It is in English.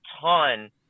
ton